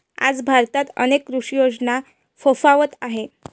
आज भारतात अनेक कृषी योजना फोफावत आहेत